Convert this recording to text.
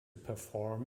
perform